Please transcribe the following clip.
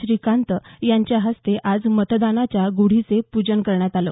श्रीकांत यांच्या हस्ते आज मतदानाच्या गुढीचे पूजन करण्यात आलं